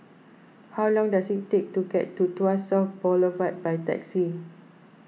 how long does it take to get to Tuas South Boulevard by taxi